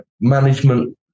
management